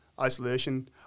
isolation